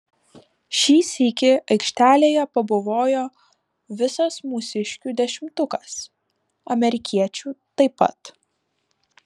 šį sykį aikštelėje pabuvojo visas mūsiškių dešimtukas amerikiečių taip pat